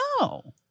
No